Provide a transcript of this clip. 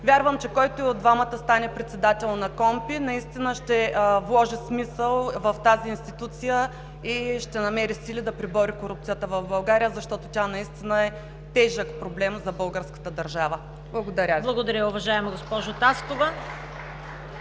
вярвам, че който и от двамата стане председател на КПКОНПИ, наистина ще вложи смисъл в тази институция и ще намери сили да пребори корупцията в България, защото тя наистина е тежък проблем за българската държава. ПРЕДСЕДАТЕЛ ЦВЕТА КАРАЯНЧЕВА: Благодаря, уважаема госпожо Таскова.